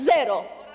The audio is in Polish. Zero.